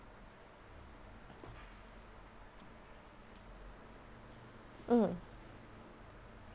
mm